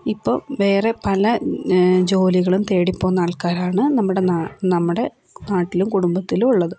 ഇപ്പോൾ വേറെ പല ജോലികളും തേടിപ്പോകുന്ന ആൾക്കാരാണ് നമ്മുടെ നമ്മുടെ നാട്ടിലും കുടുംബത്തിലും ഉള്ളത്